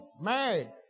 married